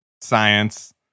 Science